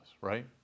right